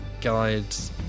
guides